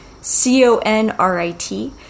C-O-N-R-I-T